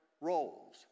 roles